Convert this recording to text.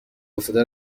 افتاده